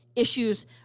Issues